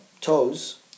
toes